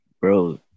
bro